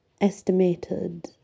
estimated